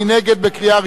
בקריאה ראשונה.